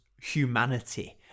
humanity